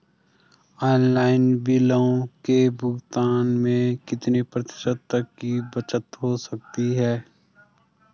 Online बिलों के भुगतान में कितने प्रतिशत तक की बचत हो सकती है?